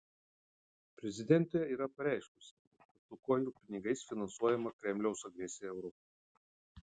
prezidentė yra pareiškusi kad lukoil pinigais finansuojama kremliaus agresija europoje